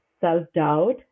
self-doubt